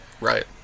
Right